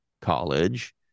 college